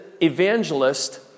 evangelist